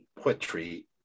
poetry